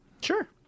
Sure